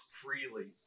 freely